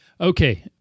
Okay